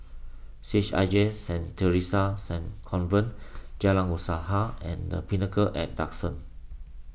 C H I J Saint theresa's Saint Convent Jalan Usaha and the Pinnacle at Duxton